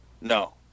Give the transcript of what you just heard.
no